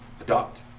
adopt